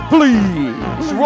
Please